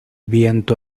viento